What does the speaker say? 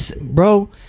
bro